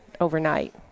overnight